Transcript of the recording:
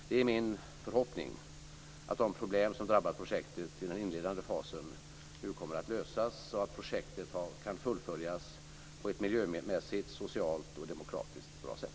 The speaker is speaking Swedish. Det är min förhoppning att de problem som drabbat projektet i den inledande fasen nu kommer att lösas så att projektet kan fullföljas på ett miljömässigt, socialt och demokratiskt bra sätt.